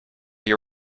you